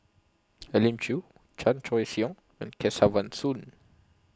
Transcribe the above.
Elim Chew Chan Choy Siong and Kesavan Soon